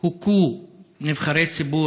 הוכו נבחרי ציבור,